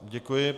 Děkuji.